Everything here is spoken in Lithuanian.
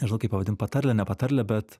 nežinau kaip pavadint patarlė ne patarlė bet